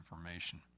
information